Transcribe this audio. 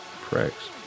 Pricks